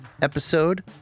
episode